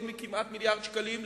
כמעט מיליארד שקלים,